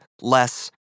less